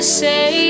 say